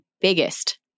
biggest